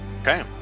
Okay